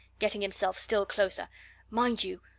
getting himself still closer mind you,